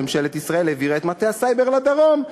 ממשלת ישראל העבירה את מטה הסייבר לדרום.